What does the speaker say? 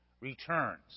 returns